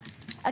אין בחוק כלים.